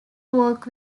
work